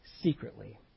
secretly